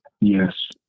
Yes